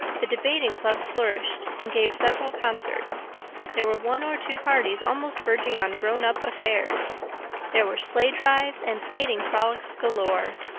the debating club flourished and gave several concerts there were one or two parties almost verging on grown-up affairs there were sleigh drives and skating frolics galore.